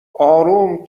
اروم